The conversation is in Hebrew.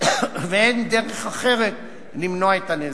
ואין דרך אחרת למנוע את הנזק.